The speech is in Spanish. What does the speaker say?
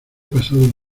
pasado